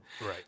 Right